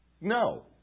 No